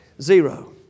zero